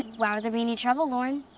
why would there be any trouble, lauren?